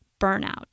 burnout